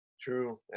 True